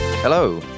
Hello